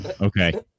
okay